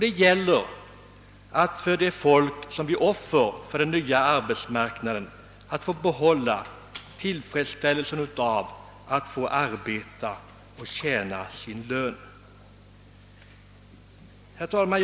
Det gäller att de som blir offer för en ny arbetsmarknadspolitik får behålla tillfredsställelsen av att få arbeta och tjäna sin lön. Herr talman!